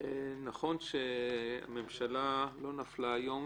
זה תיקון שהיה בדברים שכבר קראנו,